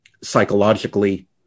psychologically